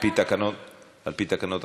על-פי תקנון הכנסת,